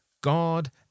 God